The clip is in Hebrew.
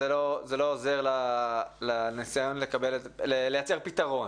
זה לא עוזר לניסיון לייצר פתרון.